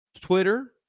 Twitter